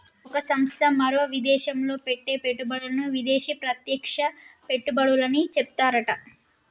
ఒక సంస్థ మరో విదేశంలో పెట్టే పెట్టుబడులను విదేశీ ప్రత్యక్ష పెట్టుబడులని చెప్తారట